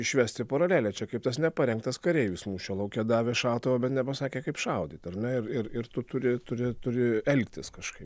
išvesti paralelę čia kaip tas neparengtas kareivis mūšio lauke davė šautuvą bet nepasakė kaip šaudyti ar ne ir ir tu turi turi turi elgtis kažkaip